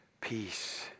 peace